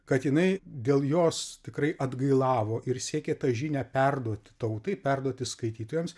kad jinai dėl jos tikrai atgailavo ir siekė tą žinią perduot tautai perduoti skaitytojams